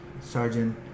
sergeant